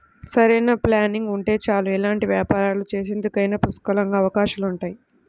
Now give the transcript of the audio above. సరైన ప్లానింగ్ ఉంటే చాలు ఎలాంటి వ్యాపారాలు చేసేందుకైనా పుష్కలంగా అవకాశాలుంటాయి